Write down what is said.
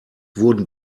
wurden